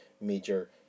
major